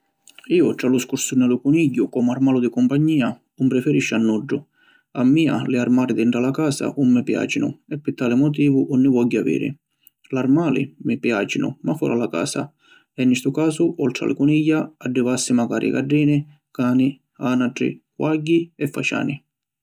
Iu tra lu scursuni e lu cunigghiu comu armalu di cumpagnia ‘un preferisciu a nuddu. A mia li armali dintra la casa ‘un mi piacinu e pi tali motivu ‘un ni vogghiu aviri. L’armali mi piacinu ma fora la casa, e ni ‘stu casu oltri a li cunigghia addivassi macari gaddini, cani, anatri, quagghi e faciani.